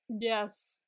Yes